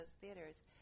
theaters